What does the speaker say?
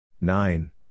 Nine